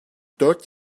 dört